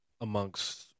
amongst